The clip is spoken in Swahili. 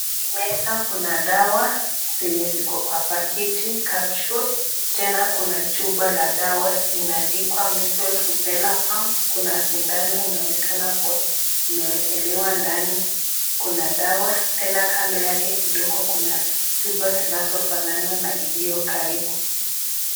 Hii meza Kuna dawa zenye ziko kwa paketi capsule Tena Kuna chupa la dawa imeandikwa [cs ]Measles, Rubella, Mumps Kuna sindano imeandikwa, imewekelewa ndani Tena kando yake kidogo kuna chupa zinazofanana na iliyokaribu.